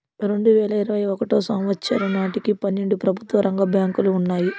రెండువేల ఇరవై ఒకటో సంవచ్చరం నాటికి పన్నెండు ప్రభుత్వ రంగ బ్యాంకులు ఉన్నాయి